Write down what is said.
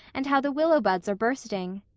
and how the willow buds are bursting.